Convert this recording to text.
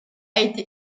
été